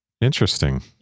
Interesting